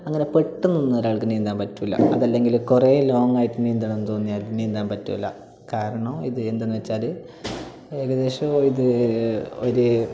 അങ്ങനെ പെട്ടന്നൊന്നും ഒരാൾക്ക് നീന്താൻ പറ്റുകയില്ല അതല്ലെങ്കില് കുറേ ലോങ്ങ് ആയിട്ട് നീന്തണം എന്ന് തോന്നിയാല് നീന്താൻ പറ്റുകയില്ല കാരണം ഇത് എന്താണെന്ന് വച്ചാല് ഏകദേശം ഇത് ഒര്